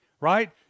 right